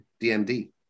DMD